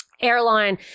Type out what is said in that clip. airline